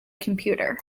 computer